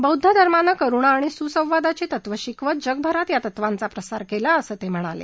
बौद्ध धर्मानं करुणा आणि सुसंवादाची तत्त्वं शिकवत जगभरात या तत्वांचा प्रसार केला असं ते म्हणाले